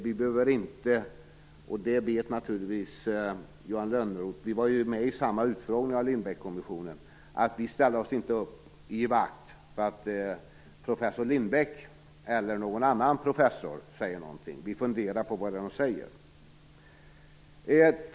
Naturligtvis vet Johan Lönnroth - vi var ju med i samma utfrågning i Lindbeckskommissionen - att vi inte ställer oss upp i givakt för att professor Lindbeck eller något annan professor säger någonting. Vi funderar på vad det är de säger.